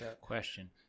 Question